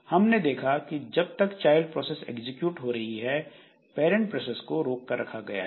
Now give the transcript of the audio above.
हमने देखा कि जब तक चाइल्ड प्रोसेस एग्जीक्यूट हो रही है पैरेंट प्रोसेस को रोक कर रखा गया है